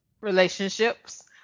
relationships